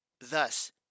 Thus